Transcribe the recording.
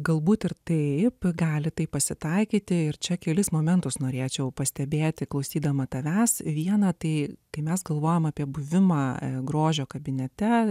galbūt ir taip gali taip pasitaikyti ir čia kelis momentus norėčiau pastebėti klausydama tavęs viena tai kai mes galvojame apie buvimą grožio kabinete